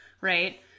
right